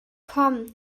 komm